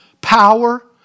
power